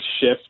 shift